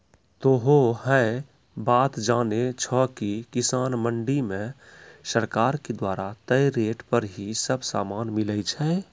तोहों है बात जानै छो कि किसान मंडी मॅ सरकार के द्वारा तय रेट पर ही सब सामान मिलै छै